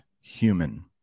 human